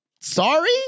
sorry